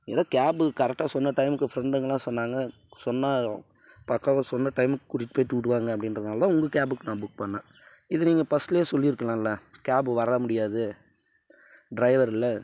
ஏதோ கேபு கரெக்டா சொன்ன டைமுக்கு ஃப்ரெண்டுங்கலாம் சொன்னாங்க சொன்னால் பக்காவாக சொன்ன டைமுக்கு கூட்டிகிட்டு போய்ட்டு விடுவாங்க அப்படின்றதுனால தான் உங்கள் கேபுக்கு நான் புக் பண்ணேன் இது நீங்கள் ஃபஸ்ட்லேயே சொல்லி இருக்கலாம் கேபு வர முடியாது டிரைவர் இல்லை